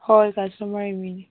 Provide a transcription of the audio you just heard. ꯍꯣꯏ ꯀꯁꯇꯃꯔꯒꯤ ꯃꯤꯅꯤ